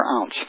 ounce